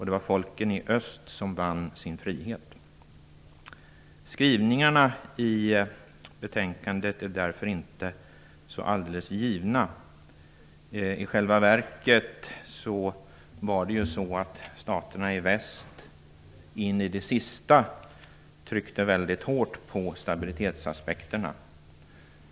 Det var folken i öst som vann sin frihet. Skrivningarna i betänkandet är därför inte alldeles givna. I själva verket tryckte staterna i väst in i det sista väldigt hårt på stabilitetsaspekterna.